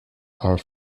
are